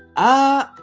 ah,